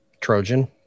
Trojan